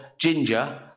ginger